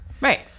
right